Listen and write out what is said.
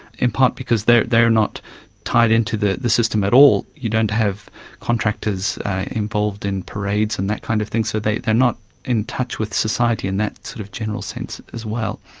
in part because they they are not tied in to the the system at all. you don't have contractors involved in parades and that kind of thing, so they they are not in touch with society in that sort of general sense as well.